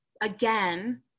again